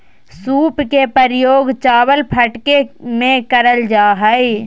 सूप के प्रयोग चावल फटके में करल जा हइ